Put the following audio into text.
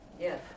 Yes